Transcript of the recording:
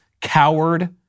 coward